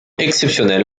exceptionnel